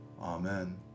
Amen